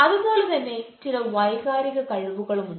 അതുപോലെ തന്നെ ചില വൈകാരിക കഴിവുകളും ഉണ്ട്